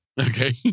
Okay